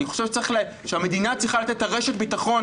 אני חושב שהמדינה צריכה לתת את רשת הביטחון